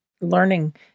learning